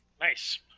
Nice